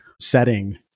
setting